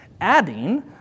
adding